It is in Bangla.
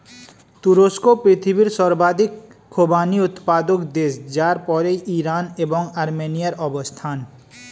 তুরস্ক পৃথিবীর সর্বাধিক খোবানি উৎপাদক দেশ যার পরেই ইরান এবং আর্মেনিয়ার অবস্থান